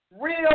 real